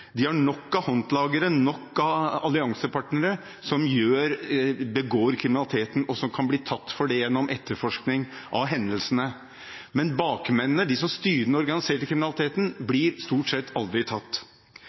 De har nok av håndlangere og nok av alliansepartnere som begår kriminaliteten, og som kan bli tatt for det gjennom etterforskning av hendelsene. Men bakmennene, de som styrer den organiserte kriminaliteten, blir stort sett aldri tatt.